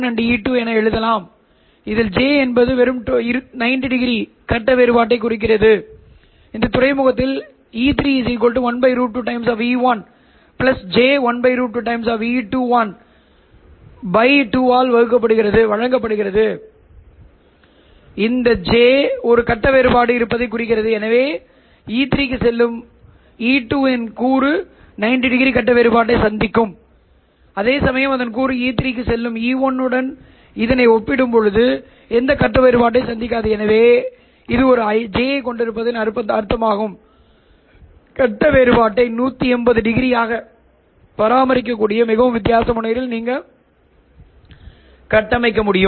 பின்னர் ஒரு பெருக்கி இல்லாமல் பெருக்கல் செயல்பாட்டை உணர்ந்து கொள்ளுங்கள் அதற்கு ஆப்டிகல் டொமைனில் ஒரு பெருக்கி இல்லை ஆனால் ஆப்டிகல் டொமைனில் ஒரு பெருக்கினை நீங்கள் உணர்ந்திருக்கிறீர்கள் செயல்பாடு சரி இரண்டு புள்ளிகள் PLO பொதுவாக Ps விட மிகப் பெரியது எனவே இரண்டாவது சொற்களுடன் ஒப்பிடுகையில் முதல் சொல்லை புறக்கணிக்க முடியும் எனவே இரண்டாவது சொல்லை ஒப்பிடுகையில் இரண்டாவது சொல் அடிப்படையில் dc ஆகும் நீங்கள் மாடுலேட் செய்யாததால் சரி உள்ளூர் ஆஸிலேட்டர் இது எங்களுக்கு ஒரு dc சமிக்ஞையாகும் எனவே இந்த நேரத்தில் மாறுபட்ட தகவல்கள் இந்த dc சிக்னலில் சவாரி செய்கின்றன என்பதாகும்